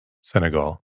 Senegal